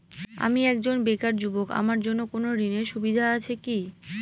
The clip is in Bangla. আমি একজন বেকার যুবক আমার জন্য কোন ঋণের সুবিধা আছে কি?